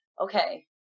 okay